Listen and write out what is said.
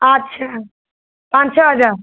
अच्छा पाँच छः हज़ार